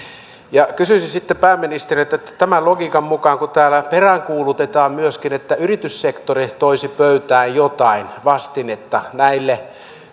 kysyisin sitten pääministeriltä että eikö tämän logiikan mukaan kun täällä peräänkuulutetaan myöskin että yrityssektori toisi pöytään jotain vastinetta näille